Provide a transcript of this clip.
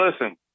Listen